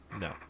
No